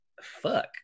fuck